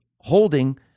holding